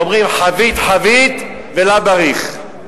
ואומרים: חביט חביט ולא בריך.